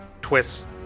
twists